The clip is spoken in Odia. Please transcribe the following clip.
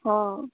ହଁ